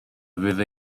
fydd